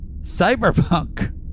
cyberpunk